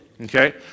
Okay